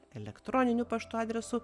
elektroniniu paštu adresu